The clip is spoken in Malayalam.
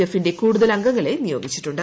എഫിന്റെ കൂടുതൽ അംഗങ്ങളെ നിയോഗിച്ചിട്ടുണ്ട്